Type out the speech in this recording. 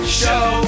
show